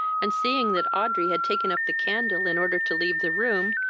and seeing that audrey had taken up the candle in order to leave the room,